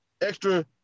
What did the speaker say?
extra